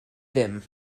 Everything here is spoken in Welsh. ddim